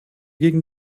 gegen